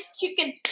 chicken